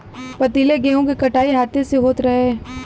पहिले गेंहू के कटाई हाथे से होत रहे